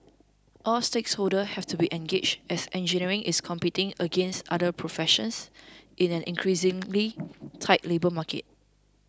all stakeholders have to be engaged as engineering is competing against other professions in an increasingly tight labour market